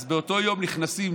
אז באותו יום נכנסים